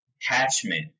attachment